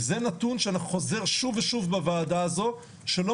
וזה נתון שאנחנו חוזרים שוב ושוב בוועדה הזו שלא